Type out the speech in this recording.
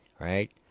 right